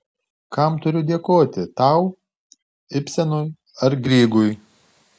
kam turiu dėkoti tau ibsenui ar grygui